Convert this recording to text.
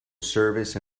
service